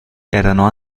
erano